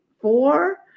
four